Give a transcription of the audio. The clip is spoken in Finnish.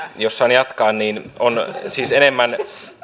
jos saan jatkaa niin on siis enemmän